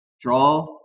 Draw